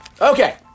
Okay